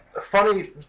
funny